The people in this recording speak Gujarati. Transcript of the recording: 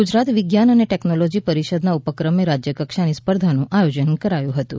ગુજરાત વિજ્ઞાન અને ટેકનોલોજી પરિષદના ઉપક્રમે રાજ્યકક્ષાની સ્પર્ધાનું આયોજન કરાયું હતું